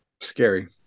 Scary